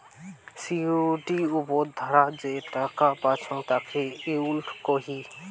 সিকিউরিটির উপর ধারা যে টাকা পাইচুঙ তাকে ইল্ড কহি